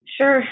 Sure